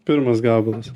pirmas gabalas